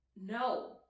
no